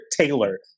Taylor